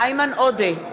איימן עודה,